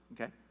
okay